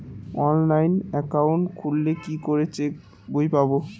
Online account খুললে কি করে চেক বই পাব?